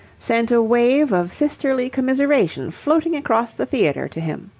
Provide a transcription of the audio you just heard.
sent a wave of sisterly commiseration floating across the theatre to him.